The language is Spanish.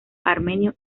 armenio